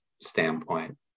standpoint